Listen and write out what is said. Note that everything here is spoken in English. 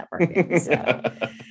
networking